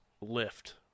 lift